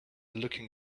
looking